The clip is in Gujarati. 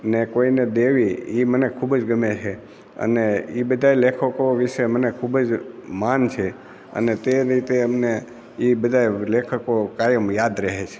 ને કોઈને દેવી એ મને ખુબજ ગમે છે અને એ બધાંય લેખકો વિષે મને ખુબજ માન છે અને તે રીતે અમને એ બધાંય લેખકો કાયમ યાદ રહે છે